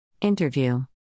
Interview